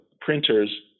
printers